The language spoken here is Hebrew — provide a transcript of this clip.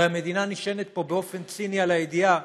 הרי המדינה נשענת פה באופן ציני על הידיעה